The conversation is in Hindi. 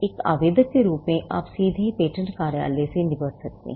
एक आवेदक के रूप में आप सीधे पेटेंट कार्यालय से निपट सकते हैं